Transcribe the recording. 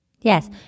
Yes